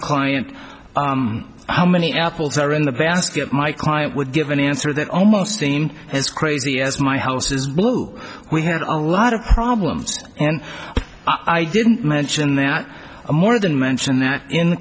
client how many apples are in the basket my client would give an answer that almost in as crazy as my house is blue we had a lot of problems and i didn't mention that more than mentioned that in